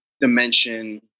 dimension